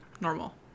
normal